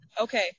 Okay